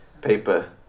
paper